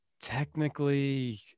technically